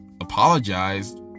apologized